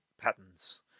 patterns